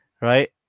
right